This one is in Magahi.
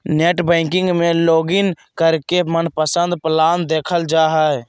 नेट बैंकिंग में लॉगिन करके मनपसंद प्लान देखल जा हय